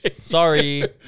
sorry